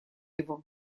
его